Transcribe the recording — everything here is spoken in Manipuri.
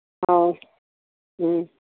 ꯑꯧ ꯎꯝ